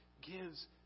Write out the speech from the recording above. gives